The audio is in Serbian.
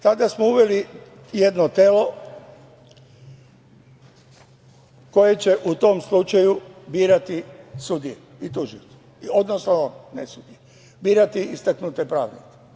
Tada smo uveli jedno telo koje će u tom slučaju birati sudije i tužioce, odnosno birati istaknute pravnike.